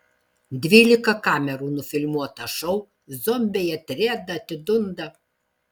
dvylika kamerų nufilmuotą šou zombiai atrieda atidunda